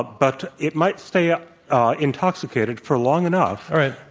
ah but it might stay ah ah intoxicated for long enough all right,